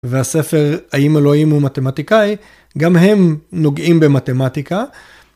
והספר האם אלוהים הוא מתמטיקאי גם הם נוגעים במתמטיקה.